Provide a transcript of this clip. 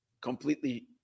completely